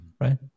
right